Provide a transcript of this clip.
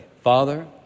Father